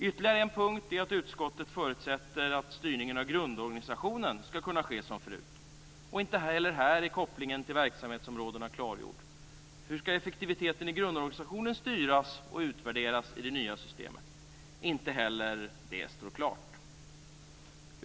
Ytterligare en punkt är att utskottet förutsätter att styrningen av grundorganisationen skall kunna ske som förut. Inte heller här är kopplingen till verksamhetsområdena klargjord. Och hur skall effektiviteten i grundorganisationen styras och utvärderas i det nya systemet? Inte heller det står klart.